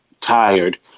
tired